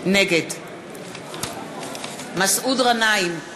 נגד מסעוד גנאים,